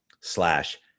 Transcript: slash